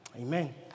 Amen